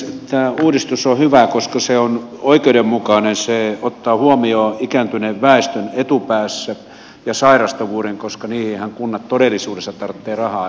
tämä uudistus on hyvä koska se on oikeudenmukainen se ottaa huomioon ikääntyneen väestön etupäässä ja sairastavuuden koska niihinhän kunnat todellisuudessa tarvitsevat rahaa